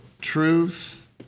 truth